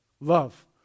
Love